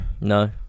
No